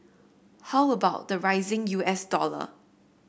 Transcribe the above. how about the rising U S dollar